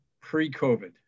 pre-COVID